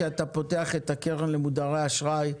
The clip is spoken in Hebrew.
כשאתה פותח את הקרן למודרי אשראי,